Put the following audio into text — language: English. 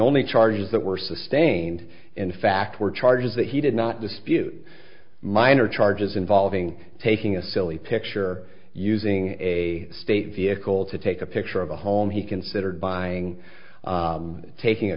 only charges that were sustained in fact were charges that he did not dispute minor charges involving taking a silly picture using a state vehicle to take a picture of a home he considered buying taking a